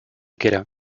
quiera